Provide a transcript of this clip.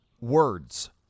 words